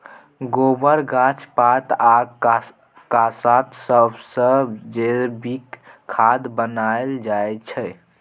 गोबर, गाछ पात आ कासत सबसँ जैबिक खाद बनाएल जाइ छै